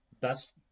best